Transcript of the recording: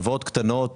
הלוואות קטנות,